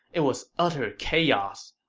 it was utter chaos,